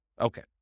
Okay